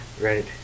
Right